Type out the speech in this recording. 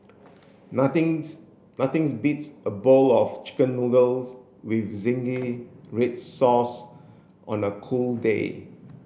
nothing's nothing's beats a bowl of chicken noodles with zingy red sauce on a cold day